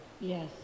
Yes